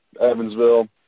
Evansville